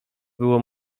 było